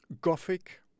gothic